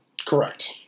Correct